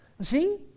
See